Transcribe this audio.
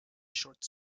short